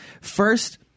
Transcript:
first